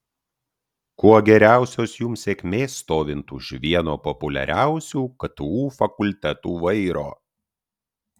kuo geriausios jums sėkmės stovint už vieno populiariausių ktu fakultetų vairo